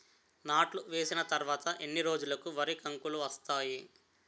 నాట్లు వేసిన తర్వాత ఎన్ని రోజులకు వరి కంకులు వస్తాయి?